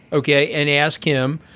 ok. and ask him.